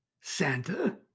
Santa